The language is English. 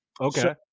Okay